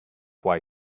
why